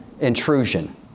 intrusion